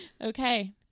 Okay